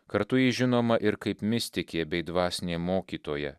kartu ji žinoma ir kaip mistikė bei dvasinė mokytoja